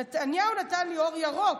"נתניהו נתן לי אור ירוק.